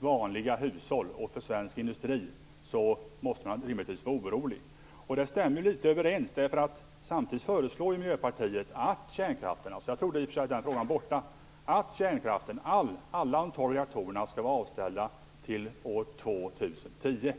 vanliga hushåll och för svensk industri. Det stämmer litet överens. Samtidigt föreslår Miljöpartiet - jag trodde i och för sig att frågan var borta - att reaktorerna skall vara avställda till år 2010.